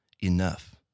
enough